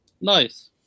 Nice